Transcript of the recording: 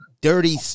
dirty